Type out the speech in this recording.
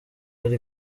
ari